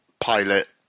pilot